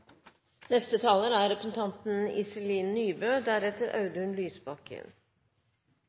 Neste taler er representanten